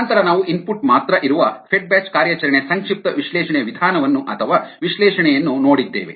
ನಂತರ ನಾವು ಇನ್ಪುಟ್ ಮಾತ್ರ ಇರುವ ಫೆಡ್ ಬ್ಯಾಚ್ ಕಾರ್ಯಾಚರಣೆಯ ಸಂಕ್ಷಿಪ್ತ ವಿಶ್ಲೇಷಣೆಯ ವಿಧಾನವನ್ನು ಅಥವಾ ವಿಶ್ಲೇಷಣೆಯನ್ನು ನೋಡಿದ್ದೇವೆ